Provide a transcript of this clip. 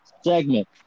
segment